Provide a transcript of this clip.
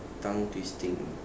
tongue twisting